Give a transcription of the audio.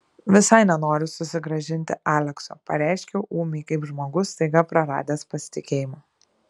visai nenoriu susigrąžinti alekso pareiškiau ūmiai kaip žmogus staiga praradęs pasitikėjimą